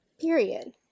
Period